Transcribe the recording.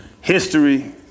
history